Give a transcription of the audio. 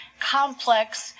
complex